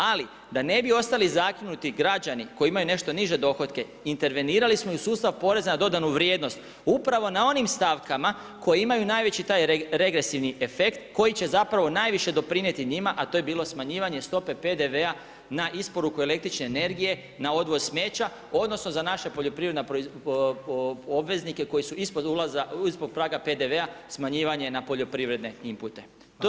Ali, da ne bi ostali zakinuti građani koji imaju nešto niže dohotke, intervenirali smo u sustav poreza na dodanu vrijednost, upravo na onim stavkama koji imaju najveći taj regresivni efekt, koji će zapravo najviše doprinijeti njima, a to je bilo smanjivanje stope PDV-a na isporuku električne energije, na odvoz smeća, odnosno, za naše poljoprivredne obveznike koji su ispod praga PDV-a smanjivanje na poljoprivredne inpute.